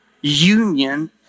union